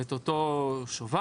את אותו שובר,